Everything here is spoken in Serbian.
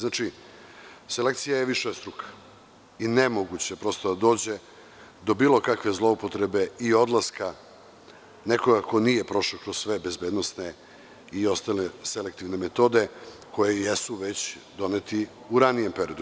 Znači, selekcija je višestruka i nemoguće je, prosto, da dođe do bilo kakve zloupotrebe i odlaska nekoga ko nije prošao kroz sve bezbednosne i ostale selektivne metode, koji jesu već donete u ranijem periodu.